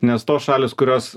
nes tos šalys kurios